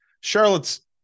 charlotte's